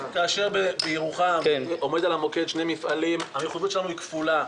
כאשר בירוחם עומדים על המוקד שני מפעלים הנכונות שלנו היא כפולה.